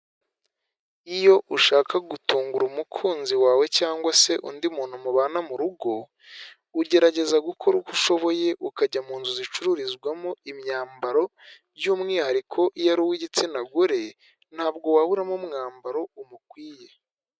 Iyo ushaka gutungura umukunzi wawe cyangwa se undi muntu mubana mu rugo ugerageza gukora uko ushoboye ukajya mu nzu zicururizwamo imyambaro, by'umwihariko iyo ari uw'igitsina gore ntabwo waburamo umwambaro umukwiye.